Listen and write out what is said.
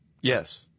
Yes